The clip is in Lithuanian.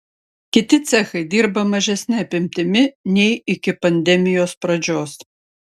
kiti cechai dirba mažesne apimtimi nei iki pandemijos pradžios